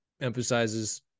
emphasizes